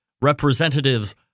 Representatives